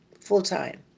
full-time